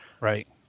right